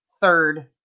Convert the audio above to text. third